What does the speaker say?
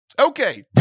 Okay